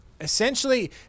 essentially